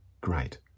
great